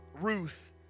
Ruth